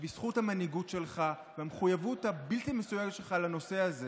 שבזכות המנהיגות שלך והמחויבות הבלתי-מסויגת שלך לנושא הזה